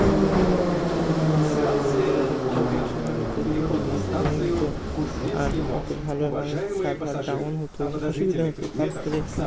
বিভিন্ন রকম O T T platform থেকে দেখতে হতো সেখানে প্রচুর নেট ব্যয় হতো আর অত ভালো আমাদের সার্ভার ডাউন হতো অসুবিধা হতো তারপরে